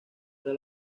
era